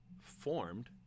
formed